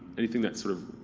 anything that's sort of